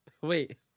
Wait